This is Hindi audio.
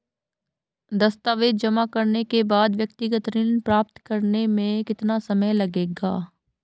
दस्तावेज़ जमा करने के बाद व्यक्तिगत ऋण प्राप्त करने में कितना समय लगेगा?